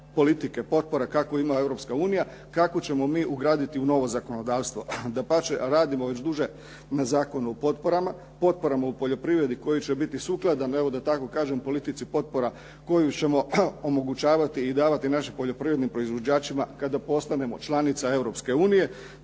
politike potpore kakvu ima Europska unija kakvu ćemo mi ugraditi u novo zakonodavstvo. Dapače, radimo već duže na Zakonu o potporama, potporama u poljoprivredi koji će biti sukladan evo da tako kažem politici potpora koju ćemo omogućavati i davati našim poljoprivrednim proizvođačima kada postanemo članica